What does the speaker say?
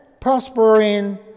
prospering